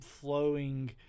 flowing